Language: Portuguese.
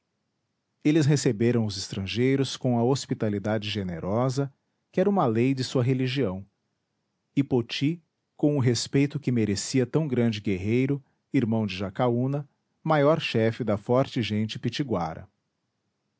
eles receberam os estrangeiros com a hospitalidade generosa que era uma lei de sua religião e poti com o respeito que merecia tão grande guerreiro irmão de jacaúna maior chefe da forte gente pitiguara para